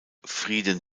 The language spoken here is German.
frieden